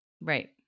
Right